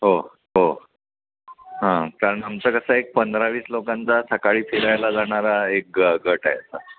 हो हो हां कारण आमचं कसं एक पंधरावीस लोकांचा सकाळी फिरायला जाणारा एक ग गट आहे असा